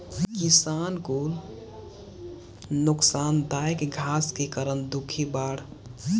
किसान कुल नोकसानदायक घास के कारण दुखी बाड़